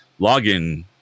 login